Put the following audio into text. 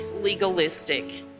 legalistic